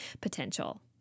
potential